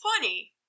funny